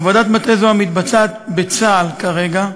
עבודת מטה זו, המתבצעת בצה"ל כרגע,